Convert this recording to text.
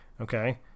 Okay